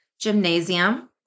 gymnasium